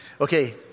Okay